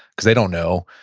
because they don't know.